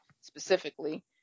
specifically